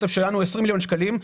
כסף שלנו, 20 מיליון שקלים.